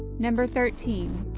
number thirteen.